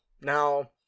now